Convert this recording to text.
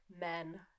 men